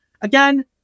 Again